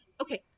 okay